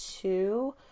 two